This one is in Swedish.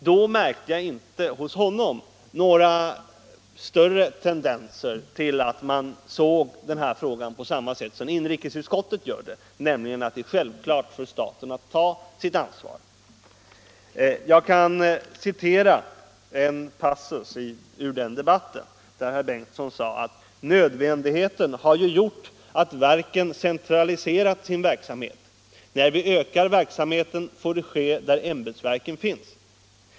Då kunde jag inte märka att arbetsmarknadsministern såg denna fråga på samma sätt som inrikesutskottet gör när man säger att det är självklart att staten skall ta sitt ansvar. Låt mig citera en passus ur denna debatt. Herr Bengtsson sade: ”Nödvändigheten har ju gjort att verken centraliserat sin verksamhet. När vi ökar verksamheten får det ske där ämbetsverket finns.